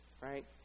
Right